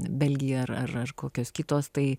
belgija ar ar kokios kitos tai